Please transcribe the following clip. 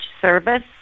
service